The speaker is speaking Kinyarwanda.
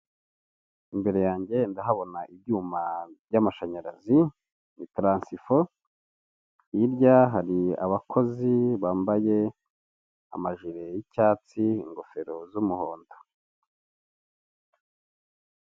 Imbere yanjye ndahabona ibyuma by'amashanyarazi, ni taransifo, hirya hari abakozi bambaye amajiri y'icyatsi ingofero z'umuhondo.